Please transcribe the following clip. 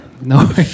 no